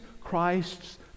Christ's